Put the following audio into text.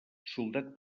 soldat